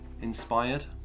inspired